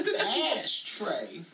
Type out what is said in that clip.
Ashtray